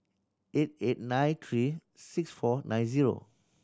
eight eight nine three six four nine zero